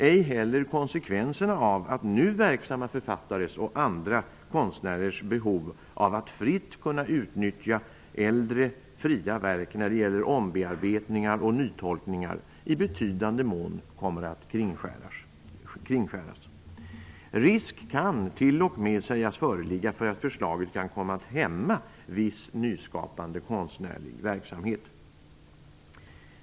Ej heller berörs konsekvenserna av att nu verksamma författares och andra konstnärers behov av att fritt kunna utnyttja äldre fria verk när det gäller ombearbetningar och nytolkningar i betydande mån kommer att kringskäras. Risk kan t.o.m. sägas föreligga för att förslaget kan komma att hämma viss nyskapande konstnärlig verksamhet.